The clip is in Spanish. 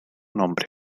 nombre